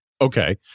Okay